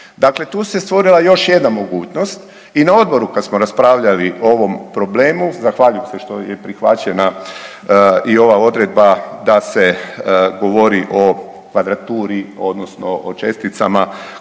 Dakle tu se stvorila još jedna mogućnost i na odboru kad smo raspravljali o ovom problemu, zahvaljujem se što je prihvaćena i ova odredba da se govori o kvadraturi odnosno o česticama